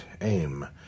aim